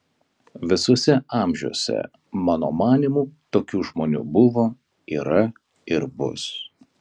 visuose amžiuose mano manymu tokių žmonių buvo yra ir bus